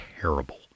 terrible